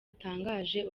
atangaje